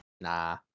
Nah